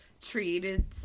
treated